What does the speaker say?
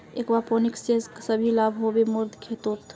aquaponics से की लाभ ह बे मोर खेतोंत